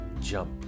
jump